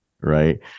right